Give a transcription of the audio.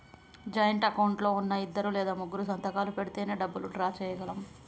joint account లో ఉన్నా ఇద్దరు లేదా ముగ్గురూ సంతకాలు పెడితేనే డబ్బులు డ్రా చేయగలం